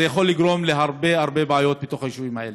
זה יכול לגרום להרבה הרבה בעיות בתוך היישובים האלה.